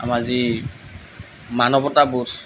আমাৰ যি মানৱতাবোধ